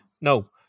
No